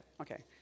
okay